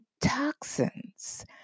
toxins